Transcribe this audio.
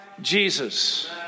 Jesus